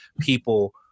people